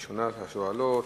ראשונת השואלים,